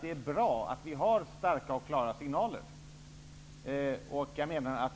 Det är bra att vi har starka och klara signaler.